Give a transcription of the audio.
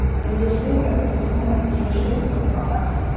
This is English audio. i mean there's things that are, the smart-ification of products,